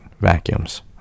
Vacuums